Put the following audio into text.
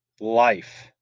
life